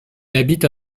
habite